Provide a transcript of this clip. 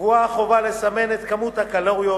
קבועה החובה לסמן את כמות הקלוריות,